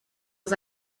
was